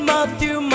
Matthew